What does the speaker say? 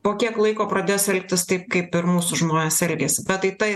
po kiek laiko pradės elgtis taip kaip ir mūsų žmonės elgiasi bet tai ta